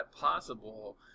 possible